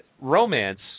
romance